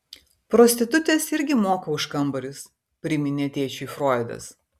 prostitutės irgi moka už kambarius priminė tėčiui froidas